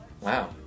Wow